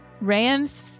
Ram's